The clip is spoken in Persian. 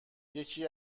یکی